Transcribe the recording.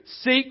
Seek